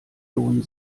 lohnen